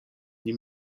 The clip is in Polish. nie